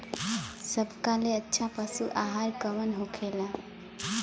सबका ले अच्छा पशु आहार कवन होखेला?